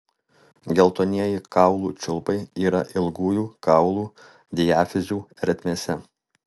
geltonieji kaulų čiulpai yra ilgųjų kaulų diafizių ertmėse